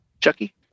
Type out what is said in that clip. Chucky